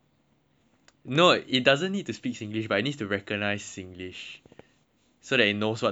doesn't need to speak singlish but it needs to recognise singlish so that it knows what the person is talking about lah